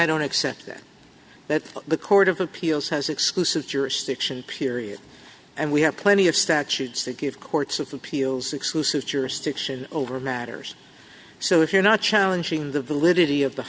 i don't accept that that the court of appeals has exclusive jurisdiction period and we have plenty of statutes that give courts of appeals exclusive jurisdiction over matters so if you're not challenging the validity of the